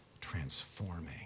transforming